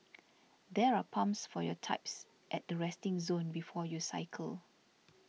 there are pumps for your types at the resting zone before you cycle